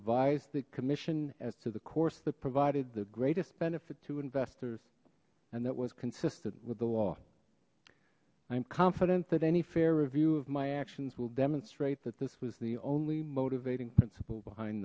advise the commission as to the course that provided the greatest benefit to investors and that was consistent with the law i'm confident that any fair review of my actions will demonstrate that this was the only motivating principle behind